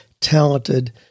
talented